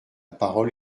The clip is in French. parole